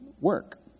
work